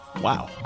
Wow